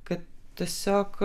kad tiesiog